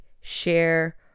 share